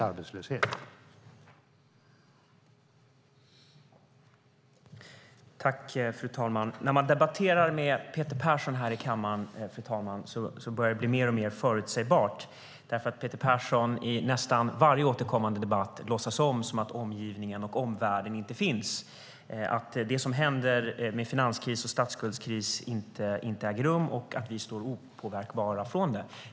Fru talman! När man debatterar med Peter Persson här i kammaren blir det mer och mer förutsägbart. I nästan varje återkommande debatt låtsas Peter Persson att omgivningen och omvärlden inte finns, att det som händer med finanskris och statsskuldskris inte äger rum eller att vi står opåverkbara.